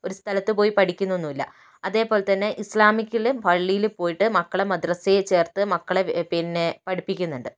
ഒരു സ്ഥലത്തു പോയി പഠിക്കുന്നൊന്നുമില്ല അതേപോലെതന്നെ ഇസ്ലാമിക്കിൽ പള്ളിയിൽ പോയിട്ട് മക്കളെ മദ്രസ്സയിൽ ചേർത്ത് മക്കളെ പിന്നെ പഠിപ്പിക്കുന്നുണ്ട്